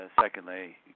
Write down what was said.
secondly